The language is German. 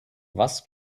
was